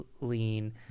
lean